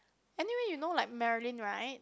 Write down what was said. anyway you know like Marilyn right